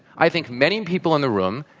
i think many people in the room,